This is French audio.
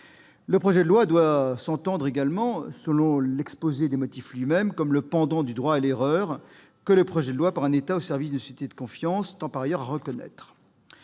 applicables. Il doit s'entendre, selon l'exposé des motifs lui-même, comme le « pendant » du « droit à l'erreur », que le projet de loi pour un État au service d'une société de confiance tend par ailleurs à reconnaître.